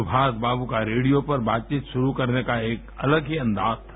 सुभाषबाद् का रेडियो पर बातचीत शुरू करने का एक अलग ही अंदाज़ था